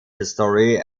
history